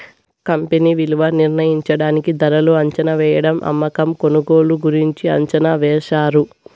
company విలువ నిర్ణయించడానికి ధరలు అంచనావేయడం అమ్మకం కొనుగోలు గురించి అంచనా వేశారు